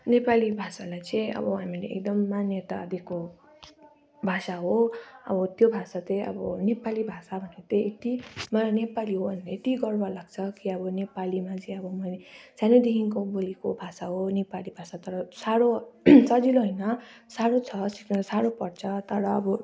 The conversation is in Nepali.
नेपाली भाषालाई चाहिँ अब हामीले एकदम मान्यता दिएको भाषा हो अब त्यो भाषा त्यही अब नेपाली भाषा भनेको त्यही यति मलाई नेपाली हो भनेर यति गर्व लाग्छ कि अब नेपालीमा चाहिँ अब मैले सानैदेखिको बोलेको भाषा हो नेपाली भाषा तर साह्रो सजिलो होइन साह्रो छ सिक्न साह्रो पर्छ तर अब